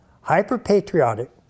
hyper-patriotic